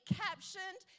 captioned